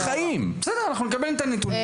תודה רבה, בסדר, אנחנו נקבל את הנתונים